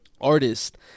artist